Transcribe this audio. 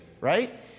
right